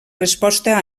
resposta